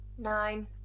Nine